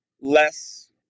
less